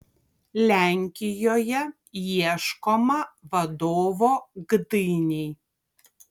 lenkijoje ieškoma vadovo gdynei